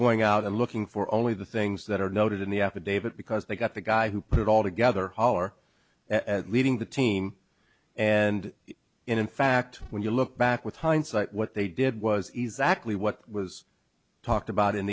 going out and looking for only the things that are noted in the affidavit because they got the guy who put it all together holler at leading the team and in fact when you look back with hindsight what they did was easy actually what was talked about in